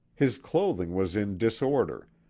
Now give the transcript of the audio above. his clothing was in disorder,